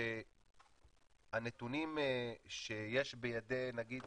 שהנתונים שיש בידי נגיד